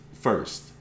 First